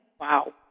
Wow